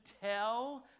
tell